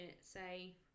say